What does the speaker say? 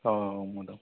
ହଁ